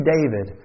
David